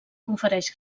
confereix